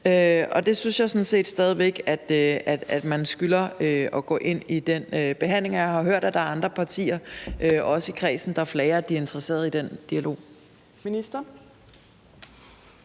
Og det synes jeg sådan set stadig væk man skylder at gå ind i en behandling af, og jeg har hørt, at der er andre partier, også i kredsen, der flager, at de er interesserede i den dialog.